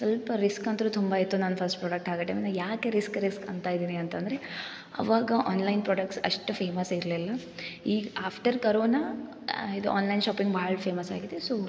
ಸ್ವಲ್ಪ ರಿಸ್ಕ್ ಅಂತು ತುಂಬ ಇತ್ತು ನಾನು ಫಸ್ಟ್ ಪ್ರಾಡಕ್ಟ್ ಹಾಕೋ ಟೈಮ್ನಾಗೆ ಯಾಕೆ ರಿಸ್ಕ್ ರಿಸ್ಕ್ ಅಂತ ಇದೀನಿ ಅಂತಂದರೆ ಅವಾಗ ಆನ್ಲೈನ್ ಪ್ರಾಡಕ್ಟ್ಸ್ ಅಷ್ಟು ಫೇಮಸ್ ಇರಲಿಲ್ಲ ಈಗ ಆಫ್ಟರ್ ಕರೋನಾ ಇದು ಆನ್ಲೈನ್ ಶಾಪಿಂಗ್ ಭಾಳ್ ಫೇಮಸ್ ಆಗಿದೆ ಸೊ